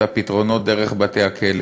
זה את הפתרונות דרך בתי-הכלא.